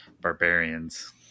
barbarians